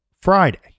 Friday